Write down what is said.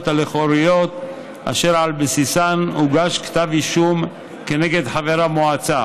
הלכאוריות אשר על בסיסן הוגש כתב האישום כנגד חבר המועצה